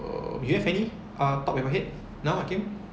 so you have any ah top of your head now hakim